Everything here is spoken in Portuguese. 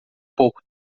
pouco